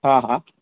हां हां